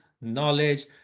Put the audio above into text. knowledge